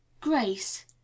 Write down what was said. Grace